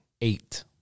Eight